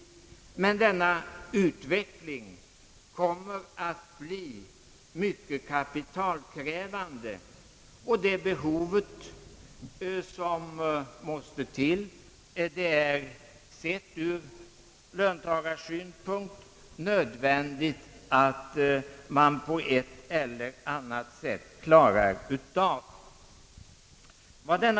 Men denna utveckling kommer att bli mycket kapitalkrävande, och ur löntagarsynpunkt är det nödvändigt att man på ett eller annat sätt skaffar fram det kapital som måste till.